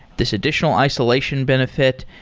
this additional isolation benefit.